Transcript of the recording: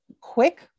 quick